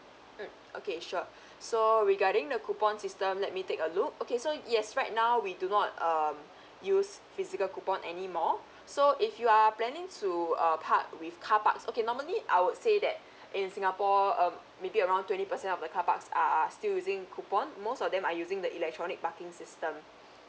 mm okay sure so regarding the coupon system let me take a look okay so yes right now we do not um use physical coupon anymore so if you are planning to err park with car parks okay normally I would say that in singapore um maybe around twenty percent of the car parks are still using coupon most of them are using the electronic parking system